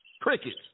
Crickets